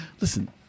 Listen